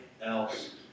else